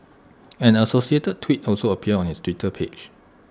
an associated tweet also appeared on his Twitter page